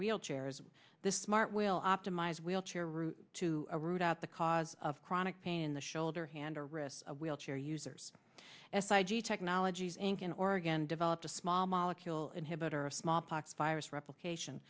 wheelchairs the smart will optimize wheelchair route to a route out the cause of chronic pain in the shoulder hand or wrist wheelchair users s i g technologies inc in oregon developed a small molecule inhibitor of smallpox virus replication